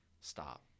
stop